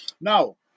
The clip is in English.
Now